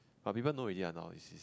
but people know already lah now its